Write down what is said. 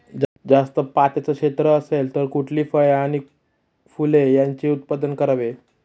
जास्त पात्याचं क्षेत्र असेल तर कुठली फळे आणि फूले यांचे उत्पादन करावे?